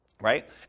right